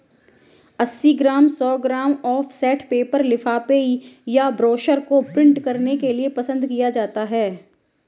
अस्सी ग्राम, सौ ग्राम ऑफसेट पेपर लिफाफे या ब्रोशर को प्रिंट करने के लिए पसंद किया जाता है